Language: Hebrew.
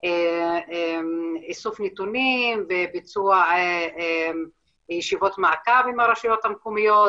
לאיסוף נתונים וביצוע ישיבות מעקב עם הרשויות המקומיות,